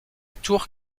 tour